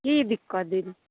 की दिक्कत दीदी